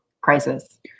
crisis